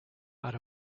out